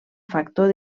factor